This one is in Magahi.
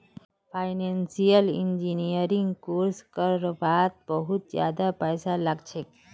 फाइनेंसियल इंजीनियरिंग कोर्स कर वात बहुत ज्यादा पैसा लाग छे